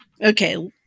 okay